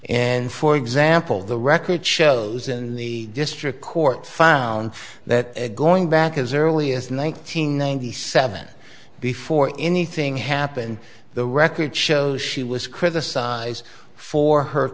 and for example the record shows in the district court found that going back as early as one nine hundred ninety seven before anything happened the record shows she was criticized for her